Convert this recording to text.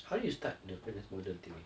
how did you start the freelance model thing